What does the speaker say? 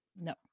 No